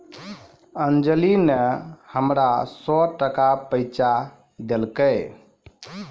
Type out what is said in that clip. अंजली नी हमरा सौ टका पैंचा देलकै